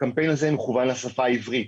הקמפיין הזה מכוון לשפה העברית.